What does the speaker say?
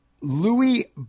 Louis